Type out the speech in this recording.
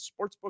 sportsbook